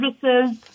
services